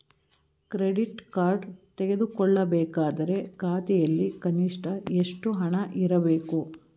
Credit card ತೆಗೆದುಕೊಳ್ಳಬೇಕಾದರೆ ಖಾತೆಯಲ್ಲಿ ಕನಿಷ್ಠ ಎಷ್ಟು ಹಣ ಇರಬೇಕು?